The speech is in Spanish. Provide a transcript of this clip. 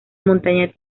montaña